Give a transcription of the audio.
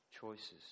choices